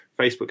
Facebook